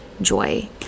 joy